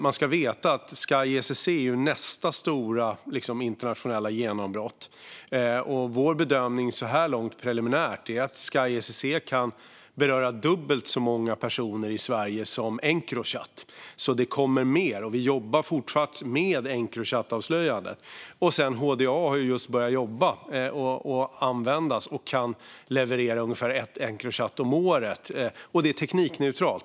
Man ska veta att Sky SCC är nästa stora internationella genombrott. Vår bedömning så här långt, preliminärt, är att Sky SCC kan beröra dubbelt så många personer i Sverige som Encrochat. Det kommer alltså mer, och vi fortsätter jobba med Encrochatavslöjandet. HDA har precis börjat användas och jobba. Det kan leverera ungefär ett Encrochat om året, och det är teknikneutralt.